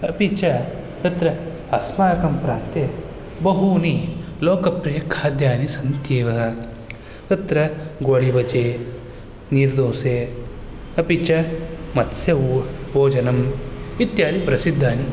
अपि च तत्र अस्माकं प्रान्ते बहूनि लोकप्रियखाद्यानि सन्त्येव तत्र गोलिबजे नीर्दोसे अपि च मत्स्यबो भोजनम् इत्यादिप्रसिद्धानि